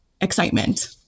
excitement